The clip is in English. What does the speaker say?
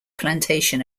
plantation